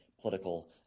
political